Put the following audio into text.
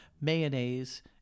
mayonnaise